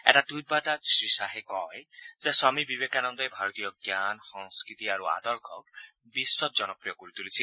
এটা টুইটবাৰ্তাত শ্ৰীশ্বাহে কয় যে স্বামী বিবেকানন্দই ভাৰতীয় জ্ঞান সংস্কৃতি আৰু আদৰ্শক বিশ্বত জনপ্ৰিয় কৰি তুলিছিল